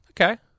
Okay